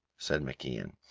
said macian,